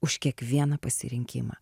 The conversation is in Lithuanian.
už kiekvieną pasirinkimą